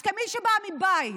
אז כמי שבאה מבית